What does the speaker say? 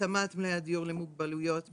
התאמת מבני הדיור למוגבלויות וזקנה,